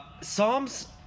psalms